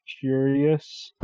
curious